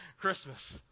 Christmas